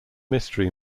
mystery